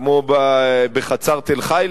כמו בחצר תל-חי.